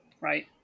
right